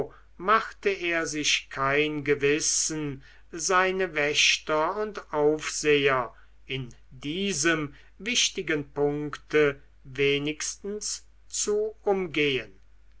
machte er sich kein gewissen seine wächter und aufseher in diesem wichtigen punkte wenigstens zu umgehen